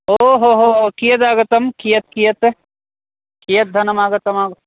ओ हो हो कियद् आगतं कियत् कियत् कियत् धनमागतं